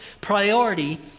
priority